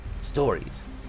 stories